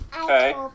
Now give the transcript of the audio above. Okay